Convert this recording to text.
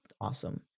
awesome